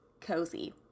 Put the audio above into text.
cozy